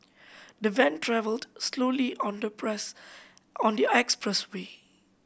the van travelled slowly on the press on the expressway